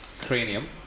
Cranium